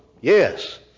Yes